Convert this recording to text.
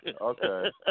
okay